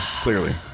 clearly